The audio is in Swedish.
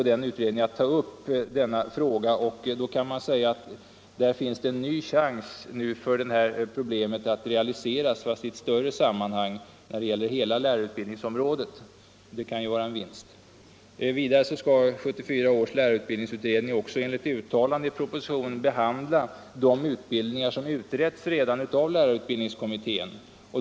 Där finns, kan man säga, en ny chans att lärarutbildningskommitténs förslag realiseras, fast i ett större sammanhang, nämligen för hela lärarutbildningsområdet. Det kan ju vara en vinst. Vidare skall 1974 års lärarutbildningsutredning enligt uttalande i propositionen behandla även de utbildningar som redan utretts av lärarutbildningskommittén.